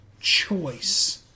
Choice